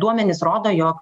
duomenys rodo jog